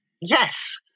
Yes